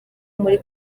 muri